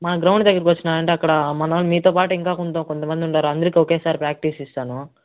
మన గ్రౌండ్ దగ్గరికి వచ్చినారంటే అక్కడా మనోళ్లు మీతో పాటు ఇంకా కొంతమంది ఉన్నారు అందరికి ఒకేసారి ప్రాక్టీస్ ఇస్తాను